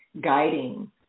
guiding